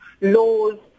laws